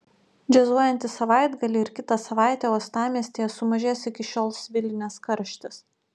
džiazuojantį savaitgalį ir kitą savaitę uostamiestyje sumažės iki šiol svilinęs karštis